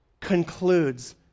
concludes